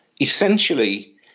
Essentially